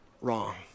wrong